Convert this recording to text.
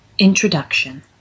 introduction